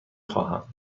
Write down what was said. خواهم